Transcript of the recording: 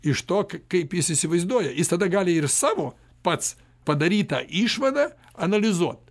iš to kaip jis įsivaizduoja jis tada gali ir savo pats padarytą išvadą analizuot